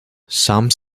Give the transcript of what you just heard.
some